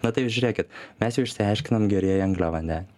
na tai žiūrėkit mes jau išsiaiškinom gerieji angliavandeniai